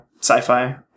sci-fi